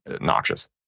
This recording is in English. noxious